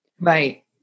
Right